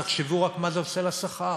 תחשבו רק מה זה עושה לשכר.